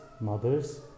mothers